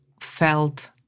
felt